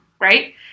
right